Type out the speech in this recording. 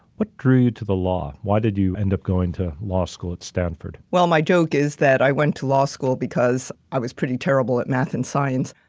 what drew you to the law? why did you end up going to law school at stanford? well, my joke is that i went to law school because i was pretty terrible at math and science.